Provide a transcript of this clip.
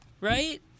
Right